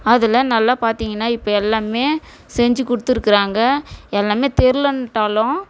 அதில் நல்லா பார்த்திங்கனா இப்போ எல்லாமே செஞ்சு கொடுத்துருக்குறாங்க எல்லாமே தெரிலைன்ட்டாலும்